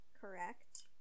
correct